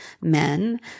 men